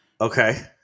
Okay